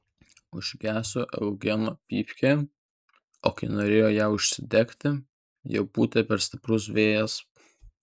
užgeso eugeno pypkė o kai norėjo ją užsidegti jau pūtė per stiprus vėjas